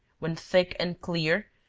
when thick and clear,